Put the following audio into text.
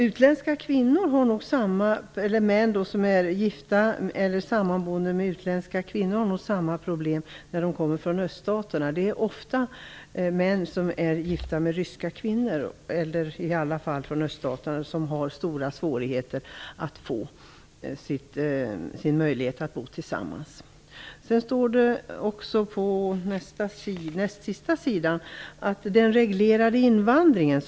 Utländska män som är gifta eller sammanboende med utländska kvinnor har samma problem. Det är ofta män som är gifta med ryska kvinnor eller kvinnor från andra öststater som har stora svårigheter att bo tillsammans. Statsrådet nämnde riksdagens beslut om reglerad invandring.